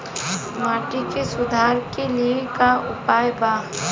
माटी के सुधार के लिए का उपाय बा?